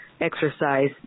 exercise